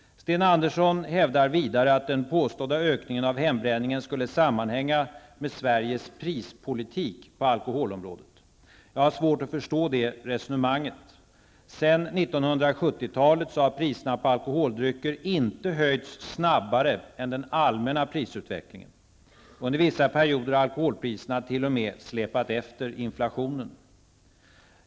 Sten Andersson hävdar vidare att den påstådda ökningen av hembränningen skulle sammanhänga med Sveriges prispolitik på alkoholområdet. Jag har svårt att förstå det resonemanget. Sedan 1970 talet har priserna på alkoholdrycker inte höjts snabbare än den allmänna prisutvecklingen. Under vissa perioder har alkoholpriserna t.o.m. släpat efter inflationen.